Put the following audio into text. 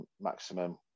maximum